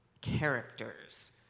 characters